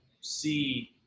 see